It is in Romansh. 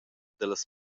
dallas